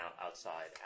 outside